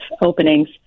openings